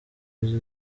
uzi